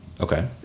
Okay